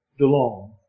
DeLong